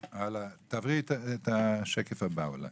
תעברי לשקף הבא.